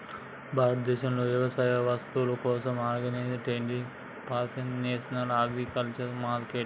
భారతదేశంలోని వ్యవసాయ వస్తువుల కోసం ఆన్లైన్ ట్రేడింగ్ ప్లాట్ఫారమే నేషనల్ అగ్రికల్చర్ మార్కెట్